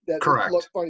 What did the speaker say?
Correct